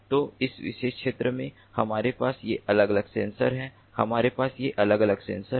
तो इस विशेष क्षेत्र में हमारे पास ये अलग अलग सेंसर हैं हमारे पास ये अलग अलग सेंसर हैं